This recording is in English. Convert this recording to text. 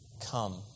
come